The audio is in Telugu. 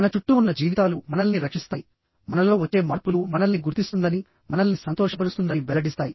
మన చుట్టూ ఉన్న జీవితాలు మనల్ని రక్షిస్తాయి మనలో వచ్చే మార్పులు మనల్ని గుర్తిస్తుందని మనల్ని సంతోషపరుస్తుందని వెల్లడిస్తాయి